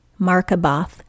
Markaboth